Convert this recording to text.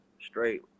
straight